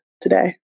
today